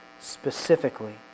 specifically